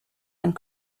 and